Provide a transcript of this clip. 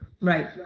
Right